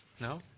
No